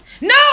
no